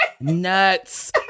nuts